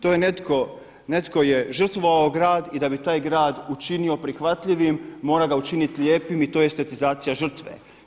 To je netko, netko je žrtvovao grad i da bi taj grad učinio prihvatljivim, mora ga učiniti lijepim i to je estetizacija žrtve.